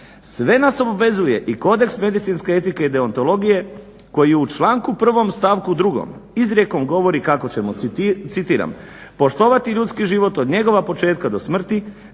sve nas obvezuje i kodeks medicinske etike i deontologije koji u članku 1. stavku 2. izrijekom govori kako ćemo citiram: "poštovati ljudski život od njegova početka do smrti",